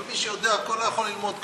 אבל מי שיודע הכול לא יכול ללמוד כלום.